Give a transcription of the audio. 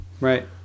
Right